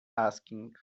asking